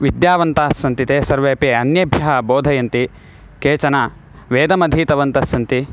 विद्यावन्तास्सन्ति ते सर्वेऽपि अन्येभ्यः बोधयन्ति केचन वेदमधीतवन्तस्सन्ति